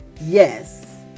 Yes